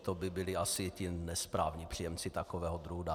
To by byli asi ti nesprávní příjemci takového druhu daru.